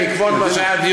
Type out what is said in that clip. בעקבות מה שהיה אתמול,